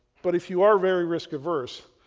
but if you are very risk-averse,